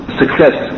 success